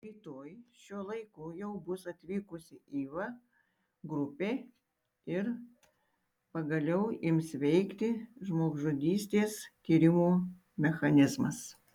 rytoj šiuo laiku jau bus atvykusi įva grupė ir pagaliau ims veikti žmogžudystės tyrimo mechanizmas